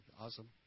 Awesome